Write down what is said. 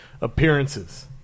appearances